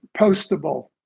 postable